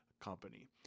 company